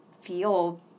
feel